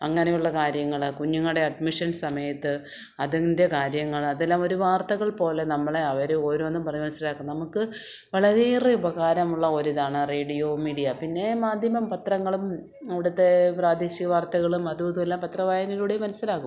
അങ്ങനെയുള്ള കാര്യങ്ങള് കുഞ്ഞുങ്ങളുടെ അഡ്മിഷൻ സമയത്ത് അതിൻ്റെ കാര്യങ്ങള് അതെല്ലാം ഒരു വാർത്തകൾ പോലെ നമ്മളെ അവര് ഓരോന്നും പറഞ്ഞ് മനസ്സിലാക്കും നമുക്ക് വളരെയേറെ ഉപകാരമുള്ള ഒരിതാണ് റേഡിയോ മീഡിയ പിന്നെ മാധ്യമം പത്രങ്ങളും ഇവിടുത്തെ പ്രാദേശിക വാർത്തകളും അതുമിതുമെല്ലാം പത്രവായനയിലൂടെ മനസ്സിലാകും